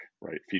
right